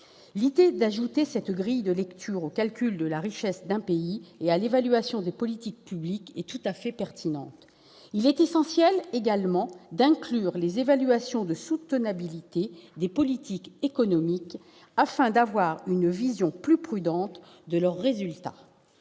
L'idée d'ajouter une telle grille de lecture au calcul de la richesse d'un pays et à l'évaluation des politiques publiques est tout à fait pertinente. Il est essentiel également d'inclure dans l'analyse des évaluations de soutenabilité des politiques économiques, afin d'avoir une vision plus prudente de leurs résultats.